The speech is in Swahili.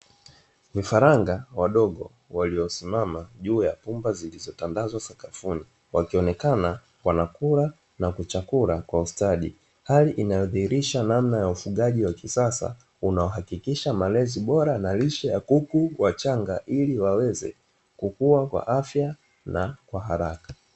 Vifaranga wadogo waliosimama juu ya pumba zilizotandazwa sakafuni, wakionekana wanakula chakula kwa ustadi, hali inayodhihirisha namna ya ufugaji wa kisasa unaohakikisha malezi bora na lishe ya kuku wachanga, ili waweze kukua kwa afya na kwa haraka.